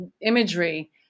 imagery